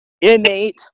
innate